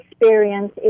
experience